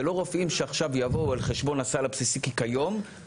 זה לא רופאים שעכשיו יבואו על חשבון הסל הבסיסי היום.